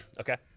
Okay